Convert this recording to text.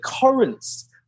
currents